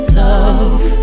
love